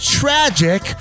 tragic